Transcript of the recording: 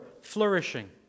flourishing